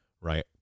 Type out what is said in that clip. right